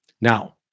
Now